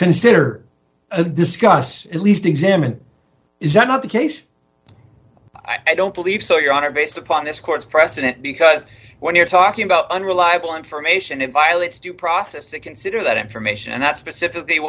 consider a discuss at least examine is that not the case i don't believe so your honor based upon this court's precedent because when you're talking about unreliable information and violates due process to consider that information and that's specifically